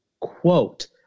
quote